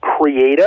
creative